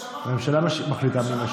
זה ששולחים כל פעם, כנראה אני נדרשתי להשיב,